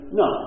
no